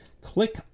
click